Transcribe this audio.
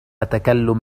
تكلم